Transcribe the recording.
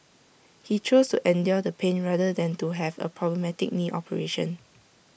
he chose to endure the pain rather than to have A problematic knee operation